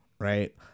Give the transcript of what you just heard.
right